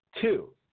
Two